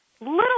little